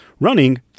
running